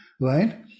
right